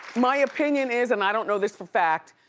my opinion is, and i don't know this for fact,